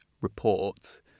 report